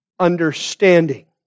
understanding